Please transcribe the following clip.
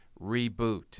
reboot